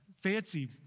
fancy